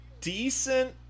decent